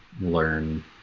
learn